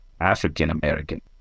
African-American